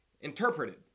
interpreted